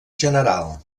general